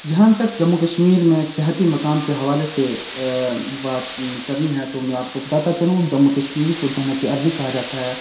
جہاں تک جموں کشمیر میں سیاحتی مقام کے حوالے سے بات کرنی ہے تو میں آپ کو بتاتا چلوں جموں کشمیر کو جنت ارضی کہا جاتا ہے